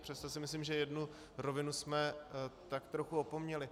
Přesto si myslím, že jednu rovinu jsme tak trochu opomněli.